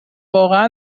واقع